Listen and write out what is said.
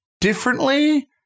differently